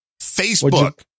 Facebook